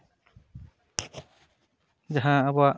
ᱡᱟᱦᱟᱸ ᱟᱵᱚᱣᱟᱜ